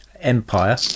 Empire